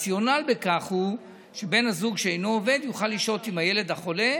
הרציונל בכך הוא שבן הזוג שאינו עובד יוכל לשהות עם הילד החולה,